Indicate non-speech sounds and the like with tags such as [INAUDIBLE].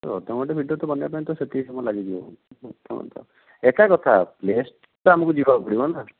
ଅଧ ଘଣ୍ଟା ଭିଡ଼ିଓ ତ ବନାଇବା ପାଇଁ ତ ସେତିକି ସମୟ ଲାଗିଯିବ [UNINTELLIGIBLE] ଏକାକଥା ପ୍ଲେସ୍ ତ ଆମକୁ ଯିବାକୁ ପଡ଼ିବ ନା